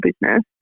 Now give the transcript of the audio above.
business